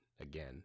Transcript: again